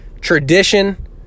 tradition